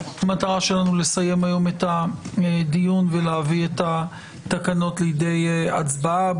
המטרה שלנו היא לסיים היום את הדיון ולהביא את התקנות לידי הצבעה.